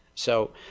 so,